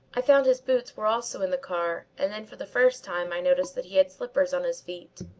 i found his boots were also in the car and then for the first time i noticed that he had slippers on his feet.